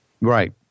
Right